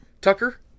Tucker